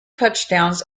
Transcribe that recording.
touchdowns